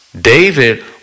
David